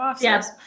Yes